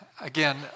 again